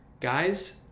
Guys